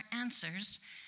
answers